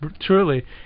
Truly